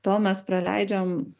tol mes praleidžiam